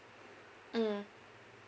mm